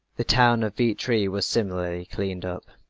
the town of vietri was similarly cleaned up.